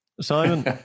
simon